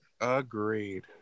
Agreed